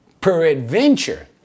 peradventure